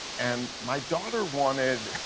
and my daughter wanted